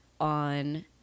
on